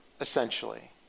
essentially